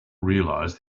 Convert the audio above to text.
realise